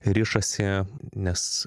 rišasi nes